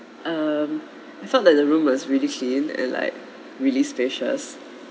um I felt that the rooms were really clean and like really spacious